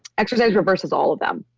exercise reverses all of them.